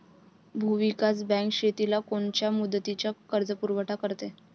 भूविकास बँक शेतीला कोनच्या मुदतीचा कर्जपुरवठा करते?